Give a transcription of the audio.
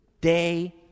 day